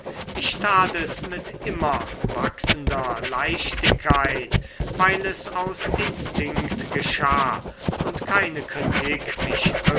ich tat es mit immer wachsender leichtigkeit weil es aus instinkt geschah und keine kritik mich